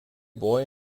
boy